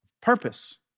purpose